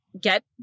get